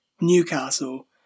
Newcastle